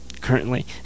currently